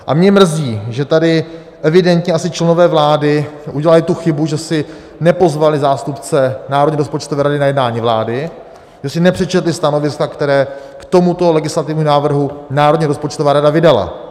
A mě mrzí, že tady evidentně asi členové vlády udělali tu chybu, že si nepozvali zástupce Národní rozpočtové rady na jednání vlády, že si nepřečetli stanoviska, která k tomuto legislativnímu návrhu Národní rozpočtová rada vydala.